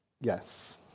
Yes